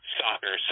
soccer